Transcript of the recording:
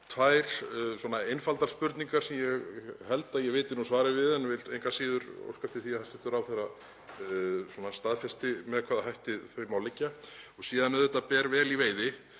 tvær einfaldar spurningar sem ég held að ég viti svarið við en vil engu að síður óska eftir því að hæstv. ráðherra staðfesti með hvaða hætti þau mál liggja. Síðan auðvitað ber vel í veiði